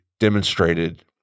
demonstrated